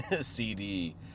CD